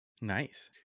Nice